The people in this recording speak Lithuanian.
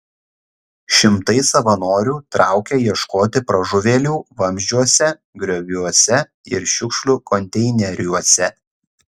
šimtai savanorių traukė ieškoti pražuvėlių vamzdžiuose grioviuose ir šiukšlių konteineriuose